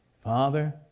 Father